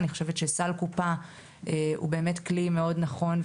אני חושבת שסל קופה הוא באמת כלי מאוד נכון,